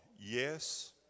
Yes